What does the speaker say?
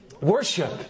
worship